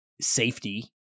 safety